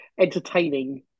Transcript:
entertaining